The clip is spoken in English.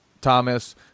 Thomas